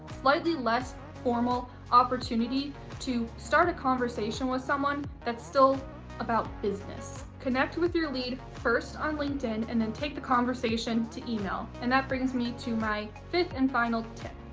slightly less formal opportunity to start a conversation with someone that's still about business. connect with your lead first on linkedin and then take the conversation to email. and that brings me to my fifth and final tip.